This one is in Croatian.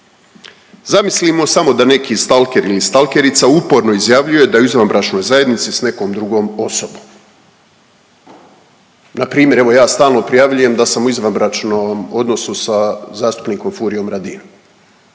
Zamislimo samo da neki stalker ili stalkerica uporno izjavljuje da je u izvanbračnoj zajednici s nekom drugom osobom. Npr. evo ja stalno prijavljujem da sam u izvanbračnom odnosu sa zastupnikom Furiom Radinom